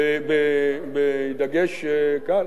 בדגש קל?